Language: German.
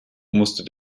musste